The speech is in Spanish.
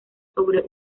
sobre